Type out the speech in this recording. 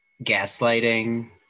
gaslighting